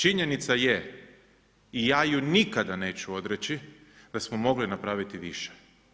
Činjenica je i ja ju nikada neću odreći, da smo mogli napraviti više.